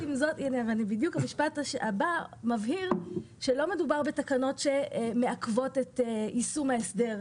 בדיוק המשפט הבא מבהיר שלא מדובר בתקנות שמעכבות את יישום ההסדר,